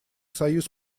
союз